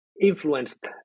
influenced